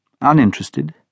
uninterested